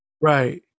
Right